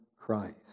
Christ